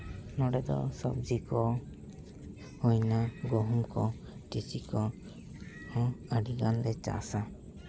ᱱᱚᱸᱰᱮ ᱫᱚ ᱥᱚᱵᱽᱡᱤ ᱠᱚ ᱦᱩᱭᱱᱟ ᱜᱩᱦᱩᱢ ᱠᱚ ᱛᱤᱥᱤ ᱠᱚᱦᱚᱸ ᱟᱹᱰᱤ ᱜᱟᱱᱞᱮ ᱪᱟᱥᱟ